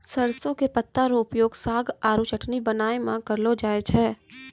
सरसों के पत्ता रो उपयोग साग आरो चटनी बनाय मॅ करलो जाय छै